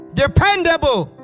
dependable